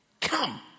come